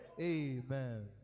Amen